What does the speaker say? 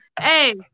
Hey